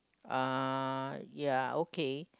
uh ya okay